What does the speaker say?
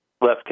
left